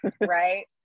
right